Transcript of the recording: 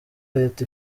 leta